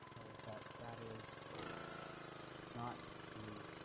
but that is um not through